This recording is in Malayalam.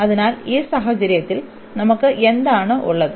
അതിനാൽ ഈ സാഹചര്യത്തിൽ നമുക്ക് എന്താണ് ഉള്ളത്